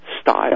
Style